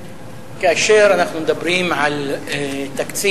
כאשר אנחנו מדברים על תקציב,